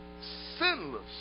sinless